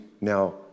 now